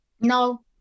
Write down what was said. No